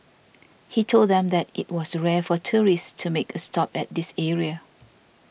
he told them that it was rare for tourists to make a stop at this area